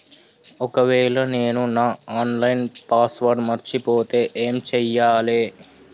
ఒకవేళ నేను నా ఆన్ లైన్ పాస్వర్డ్ మర్చిపోతే ఏం చేయాలే?